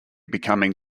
becoming